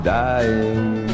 dying